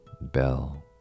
bell